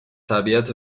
طبیعت